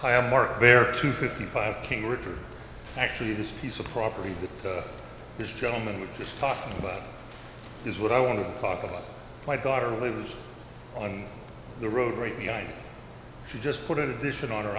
baer mark there two fifty five king richard actually this piece of property that this gentleman was just talking about is what i want to talk about my daughter who lives on the road right behind she just put in addition on